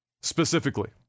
specifically